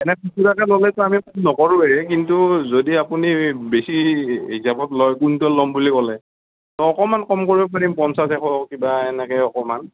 এনে খুচুৰাকে ল'লেতো আমি কম নকৰোঁৱেই কিন্তু যদি আপুনি বেছি হিচাপত লয় কুইণ্টল ল'ম বুলি ক'লে তো অকণমান কম কৰিব পাৰিম পঞ্চাছ এশ কিবা এনেকৈ অকণমান